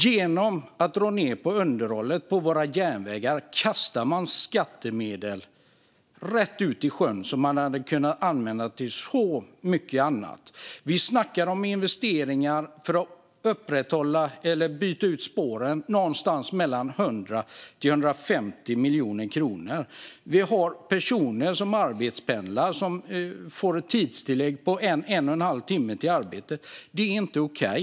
Genom att dra ned på underhållet på våra järnvägar kastar man skattemedel rakt ut i sjön, medel som man hade kunnat använda till så mycket annat. För att upprätthålla eller byta ut spåren snackar vi om investeringar på någonstans mellan 100 och 150 miljoner kronor. Vi har personer som arbetspendlar som får ett tidstillägg på en eller en och en halv timme för att ta sig till arbetet. Det är inte okej!